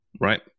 Right